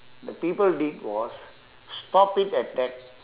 the people did was stop it at that